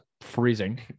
freezing